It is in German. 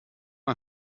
man